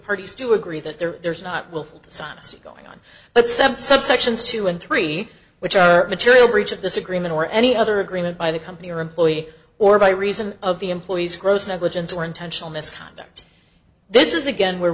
parties do agree that there is not willful dishonesty going on but some subsections two and three which are material breach of this agreement or any other agreement by the company or employee or by reason of the employee's gross negligence or intentional misconduct this is again where